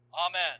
Amen